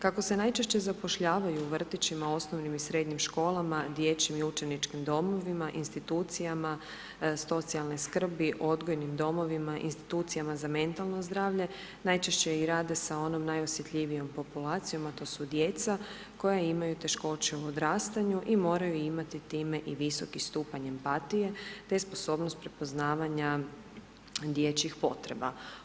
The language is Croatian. Kako se najčešće zapošljavaju u vrtićima, osnovnim i srednjim školama, dječjim i učeničkim domovima, institucijama socijalne skrbi, odgojnim domovima, institucijama za mentalno zdravlje, najčešće i rade sa onom najosjetljivijom populacijom a to su djeca koja imaju teškoće u odrastanju i moraju imati time i visoki stupanj ampatije te sposobnost prepoznavanja dječjih potreba.